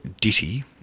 ditty